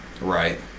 right